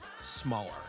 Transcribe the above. smaller